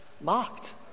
Mocked